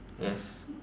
yes